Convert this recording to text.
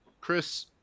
Chris